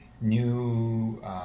new